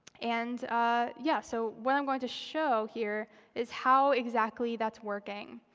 and yeah, so what i'm going to show here is how exactly that's working.